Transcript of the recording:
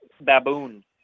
baboon